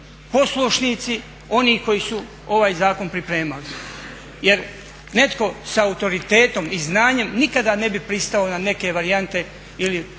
poslušnici oni koji su ovaj zakon pripremali jer netko s autoritetom i znanjem nikada ne bi pristao na neke varijante ili